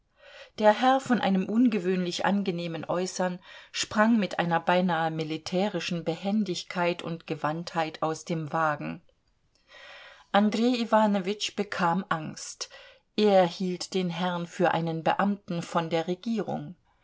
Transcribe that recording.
der herr von einem ungewöhnlich angenehmen äußern sprang mit einer beinahe militärischen behendigkeit und gewandtheit aus dem wagen andrej iwanowitsch bekam angst er hielt den herrn für einen beamten von der regierung